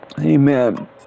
Amen